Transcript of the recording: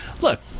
look